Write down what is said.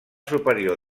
superior